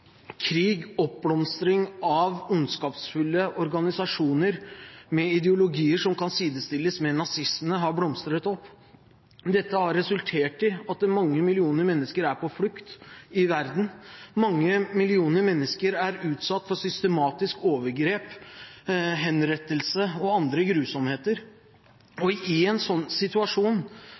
krig og oppblomstring av ondskapsfulle organisasjoner med ideologier som kan sidestilles med nazisme. Dette har resultert i at mange millioner mennesker er på flukt i verden. Mange millioner mennesker er utsatt for systematiske overgrep, henrettelse og andre grusomheter. I en sånn situasjon,